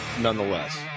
nonetheless